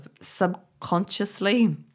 subconsciously